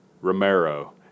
Romero